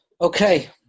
Okay